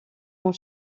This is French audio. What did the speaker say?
ont